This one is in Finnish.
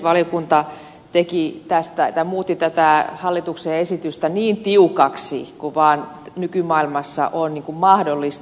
valiokunta muutti tätä hallituksen esitystä niin tiukaksi kuin vaan nykymaailmassa on mahdollista